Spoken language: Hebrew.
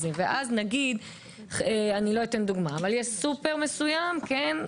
שיש לו רק 3 סניפים והיום לא חל עליו החוק